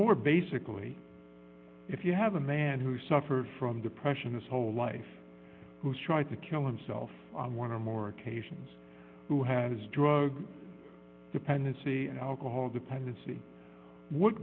more basically if you have a man who suffered from depression his whole life who's tried to kill himself on one or more occasions who has drug dependency alcohol dependency what